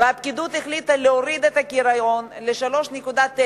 והפקידות החליטה להוריד את הגירעון ל-3.9%,